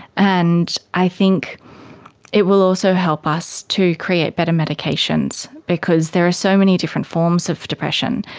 and i think it will also help us to create better medications because there are so many different forms of depression,